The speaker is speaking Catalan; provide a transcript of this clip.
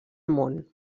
món